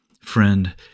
Friend